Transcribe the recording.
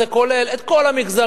זה כולל את כל המגזרים,